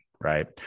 Right